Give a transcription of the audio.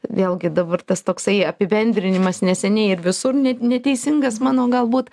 vėlgi dabar tas toksai apibendrinimas neseniai ir visur net neteisingas mano galbūt